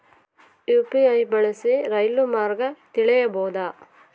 UPI ಬಳಸಿ ರೈಲು ಮಾರ್ಗ ತಿಳೇಬೋದ?